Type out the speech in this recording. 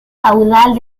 caudal